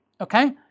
okay